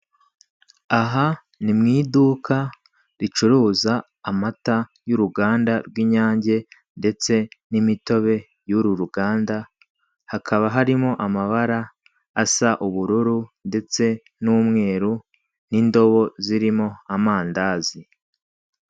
Aha ni mu iduka ricuruza amata y'uruganda rw'Inyange ndetse n'imitobe y'uru ruganda, hakaba harimo amabara asa ubururu ndetse n'umweru n'indobo zirimo amandazi.